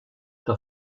que